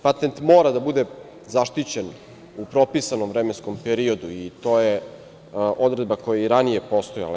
Patent mora da bude zaštićen u propisanom vremenskom periodu i to je odredba koja je i ranije postojala.